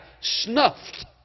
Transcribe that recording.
snuffed